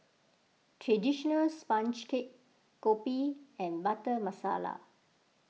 Traditional Sponge Cake Kopi and Butter Masala